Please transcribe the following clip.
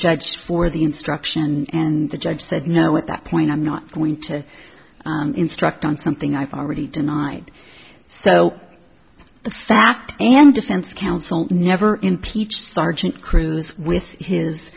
judge for the instruction and the judge said no at that point i'm not going to instruct on something i've already denied so the fact and defense counsel never impeached sergeant cruz with his